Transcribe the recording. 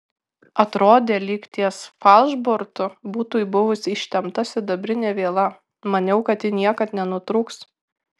atrodė lyg ties falšbortu būtų buvus ištempta sidabrinė viela maniau kad ji niekad nenutrūks